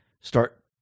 start